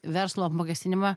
verslo apmokestinimą